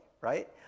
right